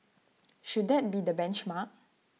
should that be the benchmark